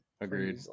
agreed